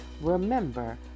Remember